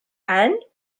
and